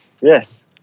Yes